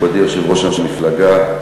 מכובדי יושב-ראש המפלגה,